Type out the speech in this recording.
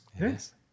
Yes